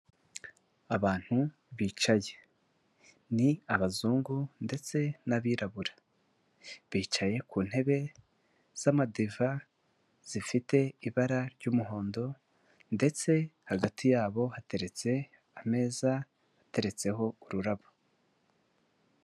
Abantu bicaye. Ni abazungu ndetse n'abirabura, bicaye ku ntebe, z'amadiva, zifite ibara ry'umuhondondetse hagati yabo hateretse ameza ateretseho ururabo.